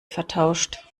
vertauscht